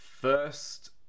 first